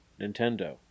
Nintendo